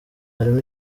harimo